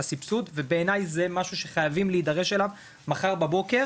הסבסוד ובעיניי זה משהו שחייבים להידרש אליו מחר בבוקר,